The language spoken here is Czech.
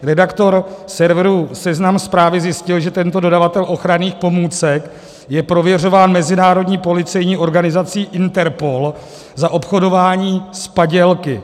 Redaktor serveru Seznam Zprávy zjistil, že tento dodavatel ochranných pomůcek je prověřován mezinárodní policejní organizací Interpol za obchodování s padělky.